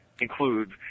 include